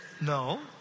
No